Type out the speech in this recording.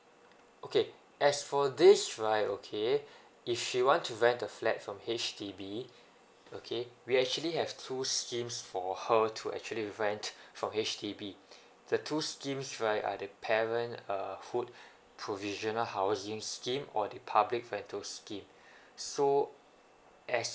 okay as for this right okay if she want to rent the flat from H_D_B okay we actually have two schemes for her to actually rent from H_D_B the two schemes right are the parent uh hood provisional housing scheme or the public rental scheme so as